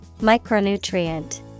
Micronutrient